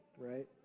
right